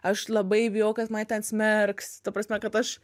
aš labai bijau kad mane ten smerks ta prasme kad aš